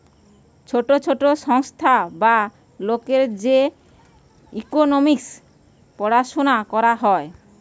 ছোট ছোট সংস্থা বা লোকের যে ইকোনোমিক্স পড়াশুনা করা হয়